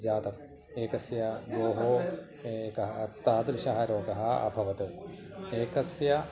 जातम् एकस्य गोः एकः तादृशः रोगः अभवत् एकस्य